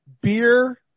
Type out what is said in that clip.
beer